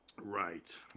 Right